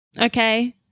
Okay